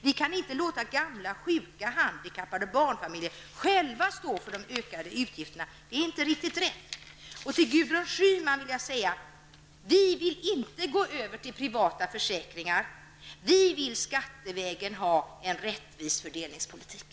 Vi kan inte låta gamla, sjuka, handikappade och barnfamiljer själva stå för de ökade utgifterna. Det är inte riktigt rätt. Till Gudrun Schyman vill jag säga: Vi vill inte gå över till privata försäkringar. Vi vill skattevägen ha en rättvis fördelningspolitik.